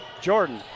Jordan